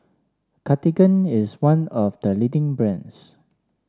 Cartigain is one of the leading brands